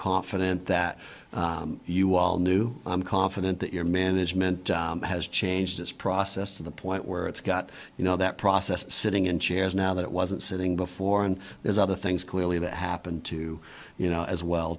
confident that you all knew i'm confident that your management has changed its process to the point where it's got you know that process sitting in chairs now that it wasn't sitting before and there's other things clearly that happened to you know as well